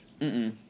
-mm